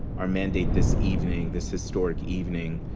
our mandate this evening, this historic evening,